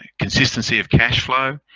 consistency of cashflow,